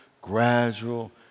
gradual